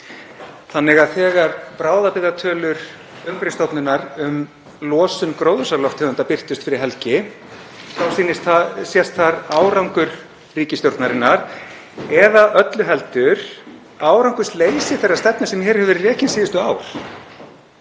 Þannig að þegar bráðabirgðatölur Umhverfisstofnunar um losun gróðurhúsalofttegunda birtust fyrir helgi þá sést þar árangur ríkisstjórnarinnar, eða öllu heldur árangursleysi þeirrar stefnu sem hér hefur verið rekin síðustu ár.